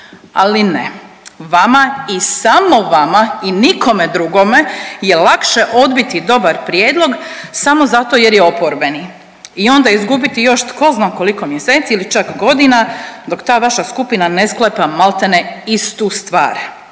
ali ne vama i samo vama i nikome drugome je lakše odbiti dobar prijedlog samo zato jer je oporbeni. I onda izgubiti još tko zna koliko mjeseci ili čak godina dok ta vaša skupina ne sklepa maltene istu stvar,